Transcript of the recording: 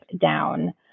down